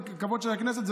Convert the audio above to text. זה כבוד הכנסת.